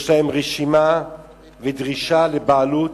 יש להם רשימה ודרישה לבעלות